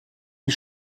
die